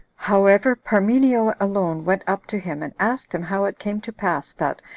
however, parmenio alone went up to him, and asked him how it came to pass that,